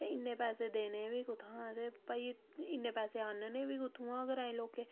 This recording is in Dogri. ते इन्ने पैसे देने बी कु'त्थुआं ते भाई इन्ने पैसे आह्नने बी कु'त्थुआं ग्राईं लोकें